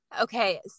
Okay